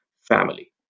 family